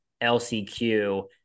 LCQ